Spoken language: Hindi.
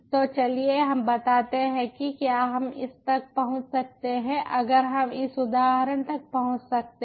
तो चलिए हम बताते हैं कि क्या हम इस तक पहुँच सकते हैं अगर हम इस उदाहरण तक पहुँच सकते हैं